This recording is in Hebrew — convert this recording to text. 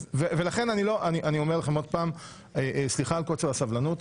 לכן אני אומר לכם עוד פעם סליחה על קוצר הסבלנות,